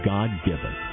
God-given